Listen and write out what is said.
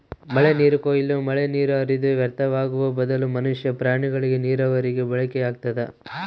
ಮಳೆನೀರು ಕೊಯ್ಲು ಮಳೆನೀರು ಹರಿದು ವ್ಯರ್ಥವಾಗುವ ಬದಲು ಮನುಷ್ಯ ಪ್ರಾಣಿಗಳಿಗೆ ನೀರಾವರಿಗೆ ಬಳಕೆಯಾಗ್ತದ